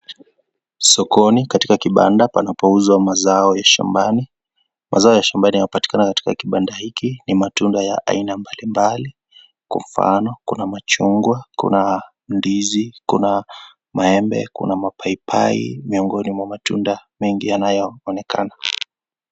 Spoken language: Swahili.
Sokoni katika kibanda panapouzwa mazao ya shambani. Mazao ya shambani yanayopatikana katika kibanda hiki ni matunda ya aina mbalimbali kw mfano, kuna machungwa, kuna ndizi, kuna maembe, kuna mapaipai miongoni mwa matunda mengi yanayonekana.